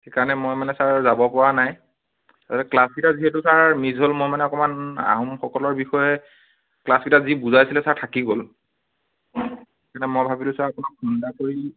সেইকাৰণে মই মানে ছাৰ যাব পৰা নাই এতিয়া ক্লাছকেইটা যিহেতু ছাৰ মিছ হ'ল মই মানে অকণমান আহোমসকলৰ বিষয়ে ক্লাছকেইটাত যি বুজাইছিলে ছাৰ থাকি গ'ল সেইকাৰণে মই ভাবিলোঁ ছাৰ আপোনাক ফোন এটা কৰি